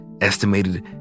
estimated